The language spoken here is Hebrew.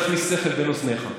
תכניס שכל בין אוזניך.